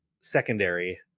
secondary